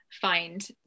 find